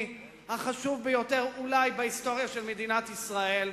החשוב ביותר אולי בהיסטוריה של מדינת ישראל,